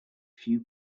few